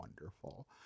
wonderful